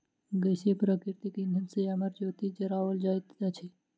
गैसीय प्राकृतिक इंधन सॅ अमर ज्योति जराओल जाइत अछि